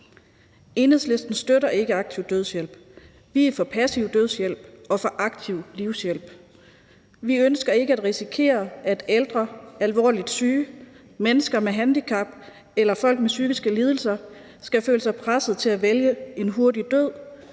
Enhedslisten støtter ikke aktiv dødshjælp. Vi er for passiv dødshjælp og for aktiv livshjælp. Vi ønsker ikke at risikere, at ældre, alvorligt syge, mennesker med handicap eller folk med psykiske lidelser skal føle sig presset til at vælge en hurtig død